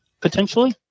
potentially